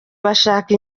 bashaka